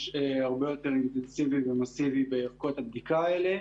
הרבה יותר אינטנסיבי ומסיבי בערכות הבדיקה האלה.